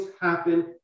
happen